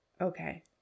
Okay